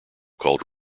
called